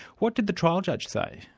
what did the trial judge say?